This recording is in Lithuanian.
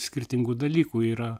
skirtingų dalykų yra